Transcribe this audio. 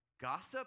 gossip